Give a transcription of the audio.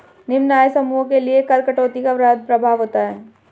निम्न आय समूहों के लिए कर कटौती का वृहद प्रभाव होता है